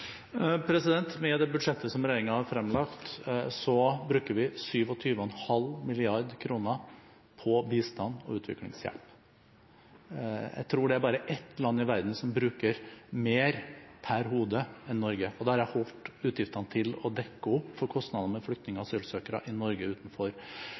Med det budsjettet som regjeringen har fremlagt, bruker vi 27,5 mrd. kr på bistand og utviklingshjelp. Jeg tror det er bare ett land i verden som bruker mer per hode enn Norge, og da har jeg holdt utgiftene til å dekke opp for kostnader med flyktninger og asylsøkere i Norge utenfor.